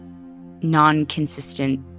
non-consistent